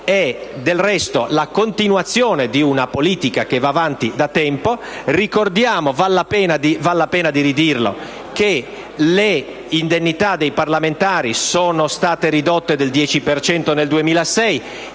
Del resto è la continuazione di una politica che va avanti da tempo. Ricordiamo - vale la pena di dirlo ancora - che le indennità dei parlamentari sono state ridotte del 10 per cento